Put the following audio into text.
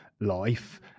life